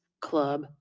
club